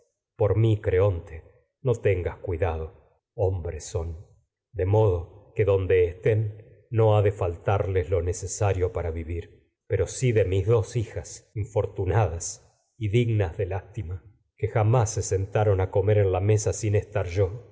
por mi creonte que no tengas no cuidado ha hombres de modo donde pero estén de faltarles lo necesario para vivir si de mis dos hijas infortunadas a comer en y dignas de lástima mesa que jamás se sentaron la sin estar yo